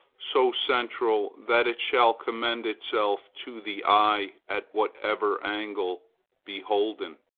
so central that it shall commend itself to the eye, at whatever angle beholden.